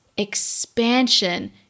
expansion